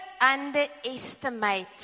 underestimate